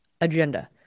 agenda